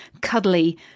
cuddly